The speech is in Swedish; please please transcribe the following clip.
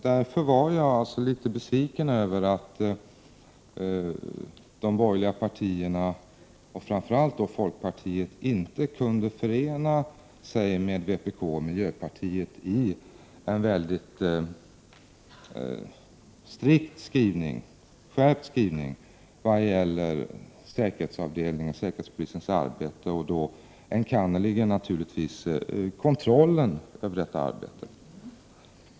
Därför var jag litet besviken över att de borgerliga partierna, framför allt folkpartiet, inte kunde förena sig med vpk och miljöpartiet om en mycket skärpt skrivning vad gäller säkerhetspolisens arbete och då enkannerligen naturligtvis kontrollen över detta arbete.